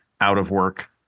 out-of-work